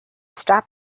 strap